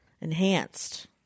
Enhanced